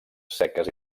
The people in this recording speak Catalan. seques